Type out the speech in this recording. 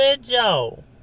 Joe